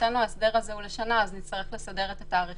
מבחינתנו ההסדר הזה הוא לשנה אז נצטרך לסדר את התאריכים.